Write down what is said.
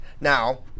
Now